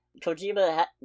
Kojima